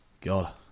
God